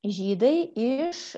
žydai iš